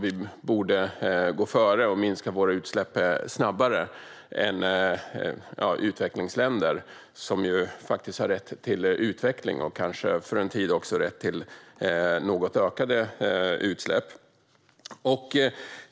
Vi borde gå före och minska våra utsläpp snabbare än utvecklingsländer som ju faktiskt har rätt till utveckling och kanske för en tid också rätt till något ökade utsläpp.